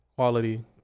Quality